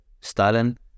stalin